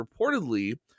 reportedly